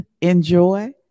enjoy